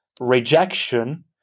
rejection